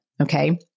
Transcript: okay